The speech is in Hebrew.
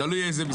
תלוי איזה משרד.